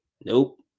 nope